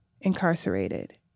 incarcerated